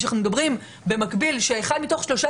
וכשאנחנו מדברים במקביל שבאחד מתוך שלושה